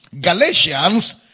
Galatians